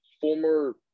former